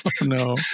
No